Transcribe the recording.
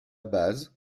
base